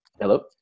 hello